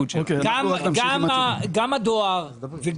הערבית המאוחדת): גם העובדים והסניפים,